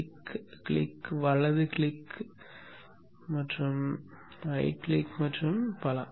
click click வலது click click வலது click மற்றும் பல